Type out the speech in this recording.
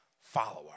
follower